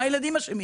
מה הילדים אשמים?